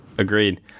Agreed